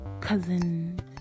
cousin